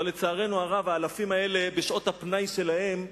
אבל לצערנו הרב, האלפים האלה, בשעות הפנאי שלהם,